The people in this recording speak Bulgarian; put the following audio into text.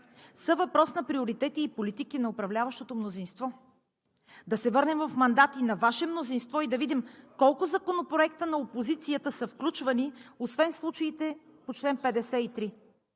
са въпрос на приоритети и политики на управляващото мнозинство. Да се върнем в мандати на Ваше мнозинство и да видим колко законопроекта на опозицията са включвани, освен в случаите по чл. 53.